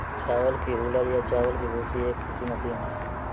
चावल की हूलर या चावल की भूसी एक कृषि मशीन है